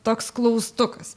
toks klaustukas